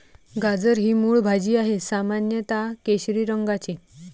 गाजर ही मूळ भाजी आहे, सामान्यत केशरी रंगाची